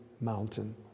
mountain